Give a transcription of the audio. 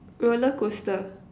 roller coaster